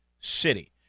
city